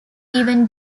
even